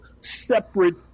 separate